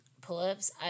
pull-ups